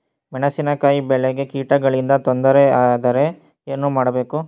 ಮೆಣಸಿನಕಾಯಿ ಬೆಳೆಗೆ ಕೀಟಗಳಿಂದ ತೊಂದರೆ ಯಾದರೆ ಏನು ಮಾಡಬೇಕು?